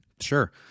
Sure